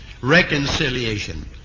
reconciliation